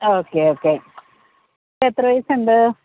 okay okay ഇപ്പോൾ എത്ര വയസ്സുണ്ട്